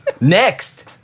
Next